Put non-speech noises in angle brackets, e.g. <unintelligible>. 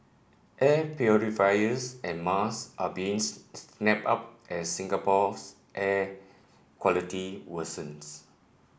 air purifiers and mask are being <unintelligible> snapped up as Singapore's air quality worsens